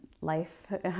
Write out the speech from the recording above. life